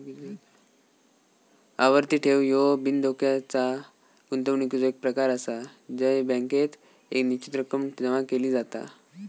आवर्ती ठेव ह्यो बिनधोक्याच्या गुंतवणुकीचो एक प्रकार आसा जय बँकेत एक निश्चित रक्कम जमा केली जाता